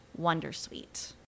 Wondersuite